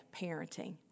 parenting